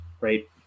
right